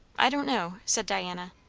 i don't know said diana.